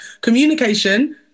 Communication